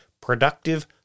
Productive